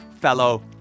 fellow